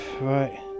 right